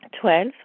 Twelve